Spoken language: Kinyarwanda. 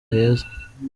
heza